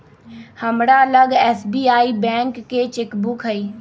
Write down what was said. हमरा लग SBI bank के चेक बुक हइ